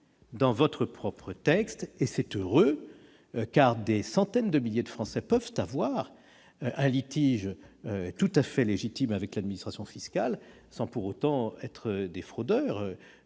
pas un. C'est d'ailleurs heureux, car des centaines de milliers de Français peuvent avoir un litige tout à fait légitime avec l'administration fiscale sans pour autant être des fraudeurs.